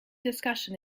discussion